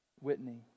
Whitney